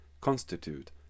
constitute